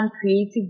creative